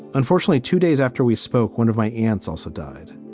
unfortunately, two days after we spoke, one of my aunts also died.